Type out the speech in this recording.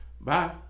Bye